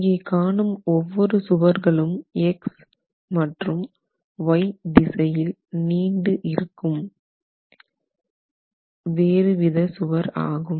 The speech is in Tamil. இங்கே காணும் ஒவ்வொரு சுவர்களும் X மற்றும் y திசையில் நீண்டு இருக்கும் வேறுவித சுவர் ஆகும்